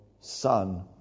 son